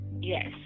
Yes